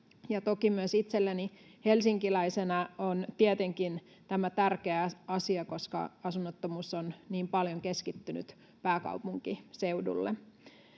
Toki myös itselleni helsinkiläisenä on tietenkin tämä tärkeä asia, koska asunnottomuus on niin paljon keskittynyt pääkaupunkiseudulle.